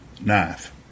knife